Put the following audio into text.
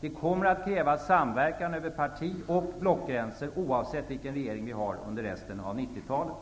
Det kommer att krävas samverkan över partioch blockgränser, oavsett vilken regering som vi har under resten av 90-talet.